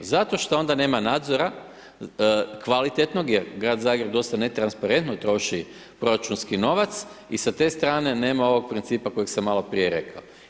Zato što onda nema nadzora, kvalitetnog jer grad Zagreb dosta netransparentno troši proračunski novac i sa te strane nema ovog principa koji sam maloprije rekao.